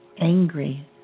angry